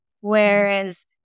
Whereas